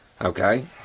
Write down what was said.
Okay